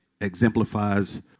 exemplifies